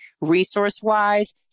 resource-wise